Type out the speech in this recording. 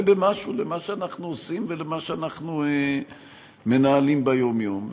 במשהו למה שאנחנו עושים ולמה שאנחנו מנהלים ביום-יום.